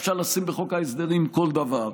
אפשר לשים בחוק ההסדרים כל דבר.